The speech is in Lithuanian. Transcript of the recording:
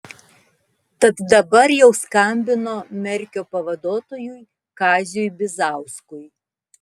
tad dabar jau skambino merkio pavaduotojui kaziui bizauskui